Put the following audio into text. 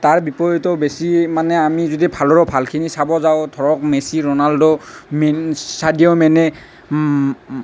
তাৰ বিপৰীতেও বেছি মানে আমি যদি ভালৰো ভালখিনি চাব যাওঁ ধৰক মেছি ৰ'নাল্ড' মেঞ্চ ছাডিঅ মেনে